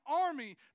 army